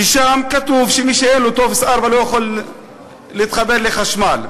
שבו כתוב שמי שאין לו טופס 4 לא יכול להתחבר לחשמל.